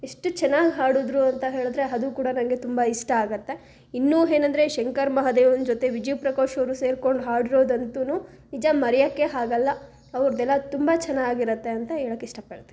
ಎಷ್ಟು ಚೆನ್ನಾಗಿ ಹಾಡಿದರು ಅಂತ ಹೇಳಿದರೆ ಅದು ಕೂಡ ನನಗೆ ತುಂಬ ಇಷ್ಟ ಆಗುತ್ತೆ ಇನ್ನೂ ಏನಂದರೆ ಶಂಕರ್ ಮಹದೇವನ್ ಜೊತೆ ವಿಜಯ ಪ್ರಕಾಶ್ ಅವರು ಸೇರಿಕೊಂಡು ಹಾಡಿರೋದಂತೂ ನಿಜ ಮರೆಯೋಕ್ಕೆ ಆಗೋಲ್ಲ ಅವ್ರ್ದೆಲ್ಲ ತುಂಬ ಚೆನ್ನಾಗಿರುತ್ತೆ ಅಂತ ಹೇಳೋಕ್ ಇಷ್ಟಪಡ್ತೀನಿ